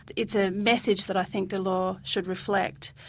it's a message that i think the law should reflect.